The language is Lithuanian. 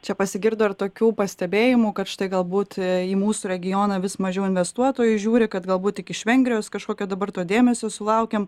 čia pasigirdo ir tokių pastebėjimų kad štai galbūt į mūsų regioną vis mažiau investuotojų žiūri kad galbūt tik iš vengrijos kažkokio dabar to dėmesio sulaukiam